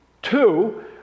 Two